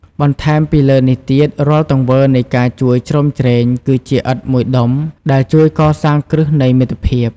បន្ថែមពីលើនេះទៀត រាល់ទង្វើនៃការជួយជ្រោមជ្រែង គឺជាឥដ្ឋមួយដុំដែលជួយកសាងគ្រឹះនៃមិត្តភាព។